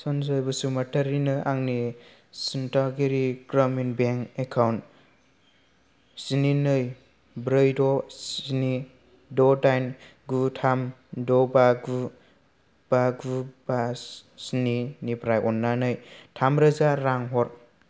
सनजय बुसुमतारिनो आंनि सिमतागिरि ग्रामिन बेंक एकाउन्ट स्नि नै ब्रै द' स्नि द' दाइन गु थाम द' बा गु बा गु बा स्नि निफ्राय अन्नानै थाम रोजा रां हर